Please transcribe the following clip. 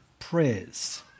prayers